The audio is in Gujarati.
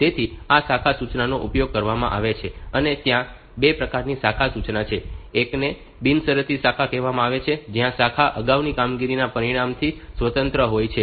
તેથી આ શાખા સૂચનાઓનો ઉપયોગ કરવામાં આવે છે અને ત્યાં 2 પ્રકારની શાખા સૂચનાઓ છે એકને બિનશરતી શાખા કહેવામાં આવે છે જ્યાં શાખા અગાઉની કામગીરીના પરિણામથી સ્વતંત્ર હોય છે